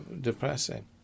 depressing